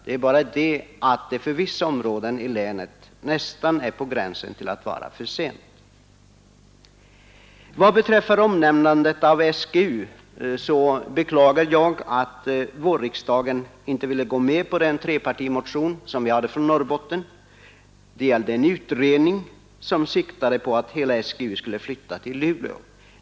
Nu är det för vissa områden i länet nästan på gränsen till att vara för sent. Vad beträffar SGU beklagar jag att vårriksdagen inte ville gå med på vad vi begärde i en trepartimotion från Norrbotten. Det gällde en utredning som siktade till ätt hela SGU skulle flytta till Luleå.